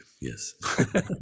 yes